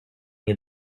nie